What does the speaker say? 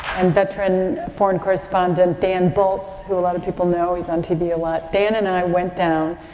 and veteran foreign correspondent dan balz who a lot of people know. he's on tv a lot. dan and i went down,